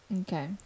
Okay